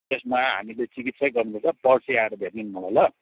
त्यसमा हामीले चिकित्सै गर्नु पर्छ पर्सि आएर भेट्नु नि मलाई ल